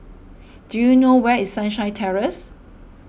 do you know where is Sunshine Terrace